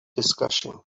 discussion